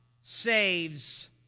saves